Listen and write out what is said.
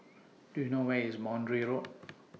Do YOU know Where IS Boundary Road